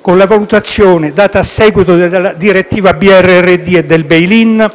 con la valutazione data a seguito della direttiva BRRD e del *bail-in*